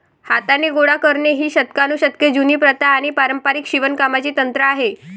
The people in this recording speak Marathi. हाताने गोळा करणे ही शतकानुशतके जुनी प्रथा आणि पारंपारिक शिवणकामाचे तंत्र आहे